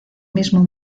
mismo